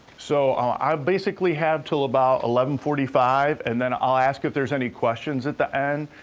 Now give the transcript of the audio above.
so, i basically have till about eleven forty five, and then i'll ask if there's any questions at the end,